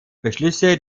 beschlüsse